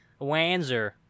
Wanzer